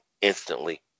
instantly